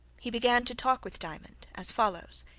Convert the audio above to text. he began to talk with diamond as follows